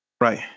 Right